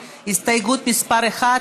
עיסאווי פריג',